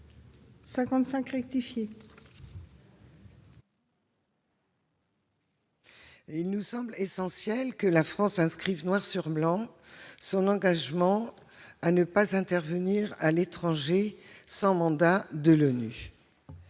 Il nous semble essentiel que la France inscrive noir sur blanc son engagement à ne pas intervenir à l'étranger sans mandat de l'ONU.